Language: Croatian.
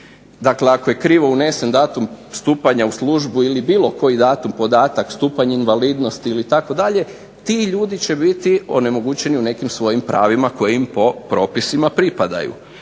Dakle, ako je krivo unesen datum stupanja u službu ili bilo koji datum, podatak stupanje invalidnosti itd. ti ljudi će biti onemogućeni po tim svojim pravima koji im po propisima pripadaju.